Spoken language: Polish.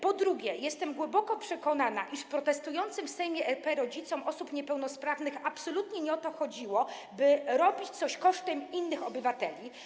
Po drugie, jestem głęboko przekonana, iż protestującym w Sejmie RP rodzicom osób niepełnosprawnych absolutnie nie chodziło o to, by robić coś kosztem innych obywateli.